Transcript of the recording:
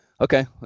okay